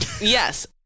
Yes